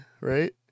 right